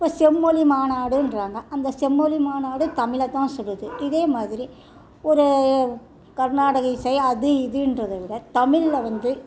இப்போ செம்மொழி மாநாடுன்றாங்க அந்த செம்மொழி மாநாடு தமிழை தான் சொல்லுது இதேமாதிரி ஒரு கர்நாடக இசை அது இதுன்றதை விட தமிழில் வந்து